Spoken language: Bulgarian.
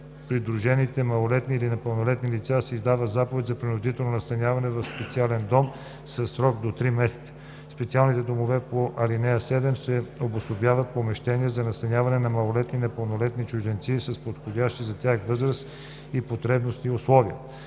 придружените малолетни или непълнолетни лица се издава заповед за принудително настаняване в специален дом със срок до три месеца. В специалните домове по ал. 7 се обособяват помещения за настаняване на малолетни и непълнолетни чужденци с подходящи за тяхната възраст и потребности условия.